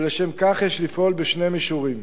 ולשם כך יש לפעול בשני מישורים.